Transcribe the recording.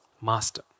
master